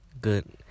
Good